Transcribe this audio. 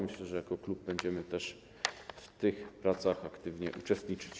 Myślę, że jako klub będziemy też w tych pracach aktywnie uczestniczyć.